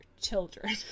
children